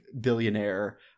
billionaire